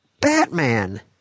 Batman